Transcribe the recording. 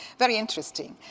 very interesting.